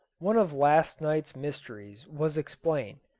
one of last night's mysteries was explained.